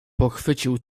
pochwycił